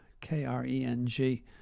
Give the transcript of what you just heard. K-R-E-N-G